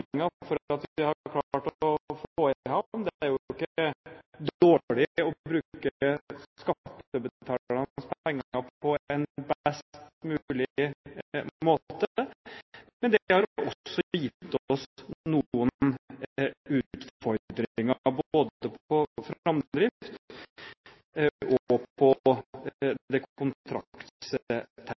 klart å få i havn. Det er jo ikke dårlig å bruke skattebetalernes penger på en best mulig måte. Men det har også gitt oss noen utfordringer, både på framdrift og på det